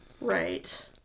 Right